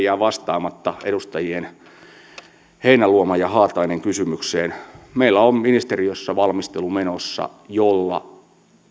jää vastaamatta edustajien heinäluoma ja haatainen kysymykseen meillä on ministeriössä menossa valmistelu jolla